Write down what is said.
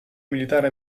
militare